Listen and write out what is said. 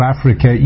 Africa